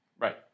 Right